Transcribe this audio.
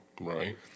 Right